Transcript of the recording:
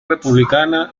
republicana